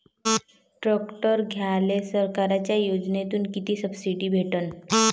Tractor घ्यायले सरकारच्या योजनेतून किती सबसिडी भेटन?